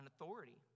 authority